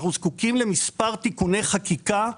אנחנו זקוקים למספר תיקוני חקיקה,